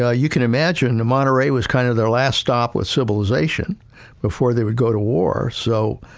yeah you can imagine the monterey was kind of their last stop with civilization before they would go to war. so,